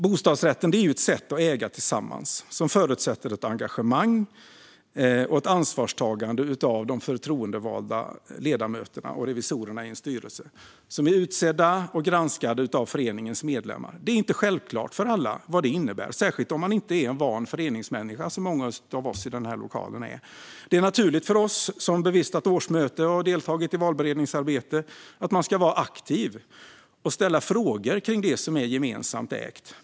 Bostadsrätten är ett sätt att äga tillsammans som förutsätter ett engagemang och ett ansvarstagande av de förtroendevalda ledamöterna och revisorerna i en styrelse, som är utsedda och granskade av föreningens medlemmar. Det är inte självklart för alla vad det innebär, särskilt om man inte är en van föreningsmänniska, som många av oss i denna lokal är. Det är naturligt för oss som har bevistat årsmöten och deltagit i valberedningsarbete att man ska vara aktiv och ställa frågor kring det som är gemensamt ägt.